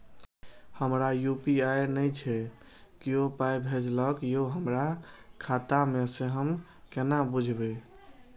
हमरा यू.पी.आई नय छै कियो पाय भेजलक यै हमरा खाता मे से हम केना बुझबै?